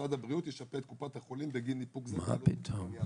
משרד הבריאות ישפה את קופת החולים בגין ניפוק" --- מה פתאום.